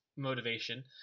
motivation